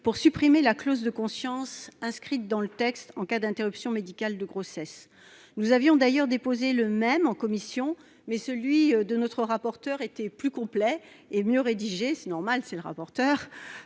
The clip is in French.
à supprimer la clause de conscience inscrite dans le texte en cas d'interruption médicale de grossesse. Nous avions d'ailleurs déposé le même amendement en commission, mais celui du rapporteur était plus complet et mieux rédigé- c'est normal, c'est le rapporteur